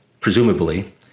presumably